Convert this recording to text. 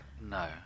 No